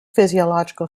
physiological